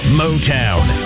motown